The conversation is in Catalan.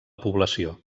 població